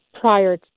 prior